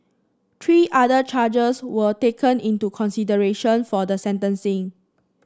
three other charges were taken into consideration for the sentencing